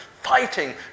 fighting